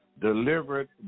delivered